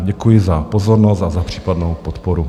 Děkuji za pozornost a za případnou podporu.